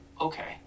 okay